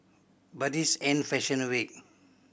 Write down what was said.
but this ain't fashion week